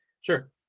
Sure